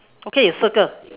okay you circle